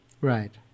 Right